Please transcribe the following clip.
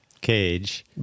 Cage